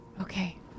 Okay